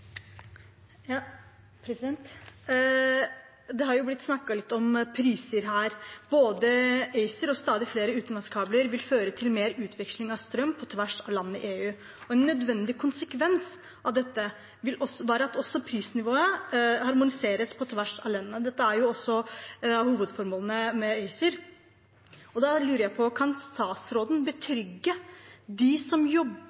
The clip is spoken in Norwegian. har blitt snakket litt om priser her. Både ACER og stadig flere utenlandskabler vil føre til mer utveksling av strøm på tvers av land i EU. En nødvendig konsekvens av dette vil være at prisnivået harmoniseres på tvers av land. Dette er jo også et av hovedformålene med ACER, og da lurer jeg på: Kan statsråden betrygge dem som jobber